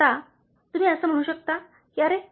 आता तुम्ही असे म्हणू शकता की अरे